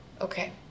okay